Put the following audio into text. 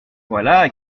voilà